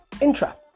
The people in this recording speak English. Intra